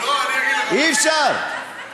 אי-אפשר.